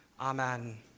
Amen